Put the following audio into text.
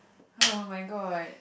oh-my-god